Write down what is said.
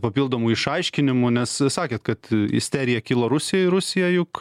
papildomų išaiškinimų nes sakėt kad isterija kilo rusijai rusija juk